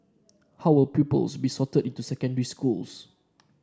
how will pupils be sorted into secondary schools